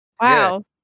Wow